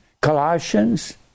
Colossians